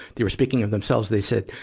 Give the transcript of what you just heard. they were speaking of themselves they said,